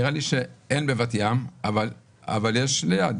נראה לי שאין בבת ים אבל יש ליד,